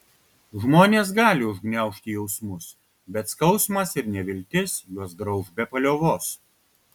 žmonės gali užgniaužti jausmus bet skausmas ir neviltis juos grauš be paliovos